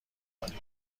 کنی